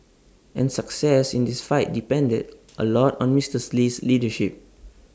and success in this fight depended A lot on Misters Lee's leadership